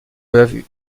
peuvent